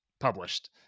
published